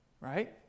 right